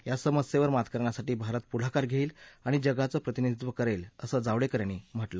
या समस्येवर मात करण्यासाठी भारत पुढाकार घेईल आणि जगाचं प्रतिनिधीत्व करेल असं जावडेकर यांनी सांगितलं